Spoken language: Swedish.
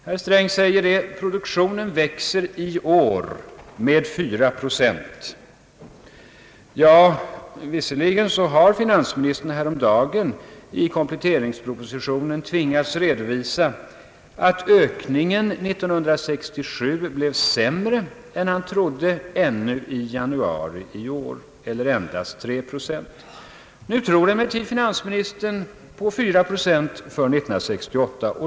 Herr Sträng säger: »Produktionen växer i år med fyra procent.» Det låter bra men finansministern tvingades häromdagen i kompletteringspropositionen redovisa att ökningen 1967 blev sämre än han trodde ännu i januari i år, eller endast tre procent. Nu tror finansministern emellertid på 4 procent för år 1968.